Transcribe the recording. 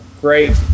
great